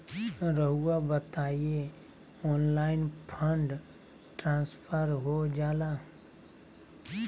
रहुआ बताइए online fund transfer हो जाला?